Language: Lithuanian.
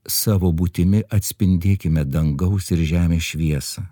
savo būtimi atspindėkime dangaus ir žemės šviesą